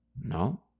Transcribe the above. No